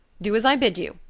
do as i bid you.